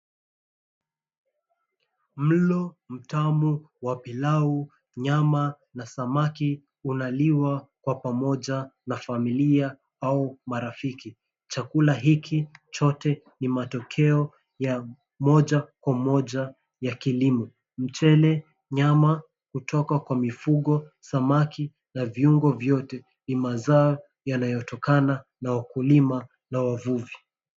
Mlo mtamu wa pilau, nyama na samaki unaliwa kwa pamoja na familia au marafiki. Chakula hiki chote ni matokeo ya moja kwa moja ya kilimo, mchele nyama kutoka kwa mifungo, samaki na viungo vyote ni mazao yanayotokana na wakulima na wavuvi.